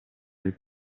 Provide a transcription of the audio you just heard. del